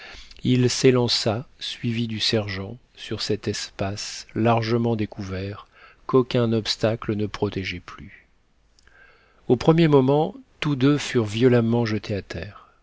il s'élança suivi du sergent sur cet espace largement découvert qu'aucun obstacle ne protégeait plus au premier moment tous deux furent violemment jetés à terre